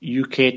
UK